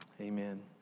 amen